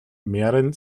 mehren